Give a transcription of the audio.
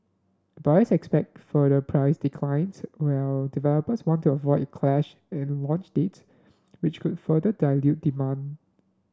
buyers expect further price declines while developers want to avoid a clash in launch dates which could further dilute demand